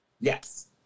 Yes